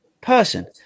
person